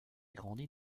grandit